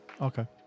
Okay